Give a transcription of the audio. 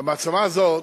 והמעצמה הזאת,